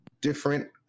different